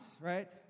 right